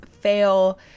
fail